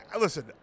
listen